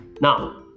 now